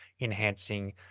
enhancing